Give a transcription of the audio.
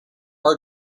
hard